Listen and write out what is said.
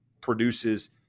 produces